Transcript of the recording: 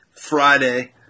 Friday